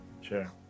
Sure